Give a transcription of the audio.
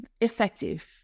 effective